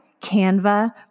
Canva